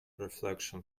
reflection